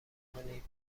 کنید